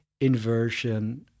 inversion